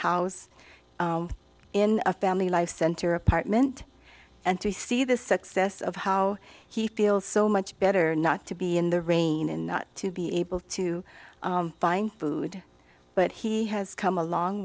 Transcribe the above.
house in a family life center apartment and to see the success of how he feels so much better not to be in the rain and not to be able to find food but he has come a long